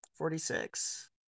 Forty-six